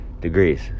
degrees